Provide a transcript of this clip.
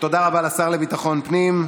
תודה רבה לשר לביטחון הפנים,